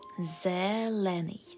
Zeleny